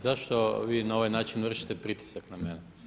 Zašto vi na ovaj način vršite pritisak na mene?